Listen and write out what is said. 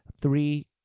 three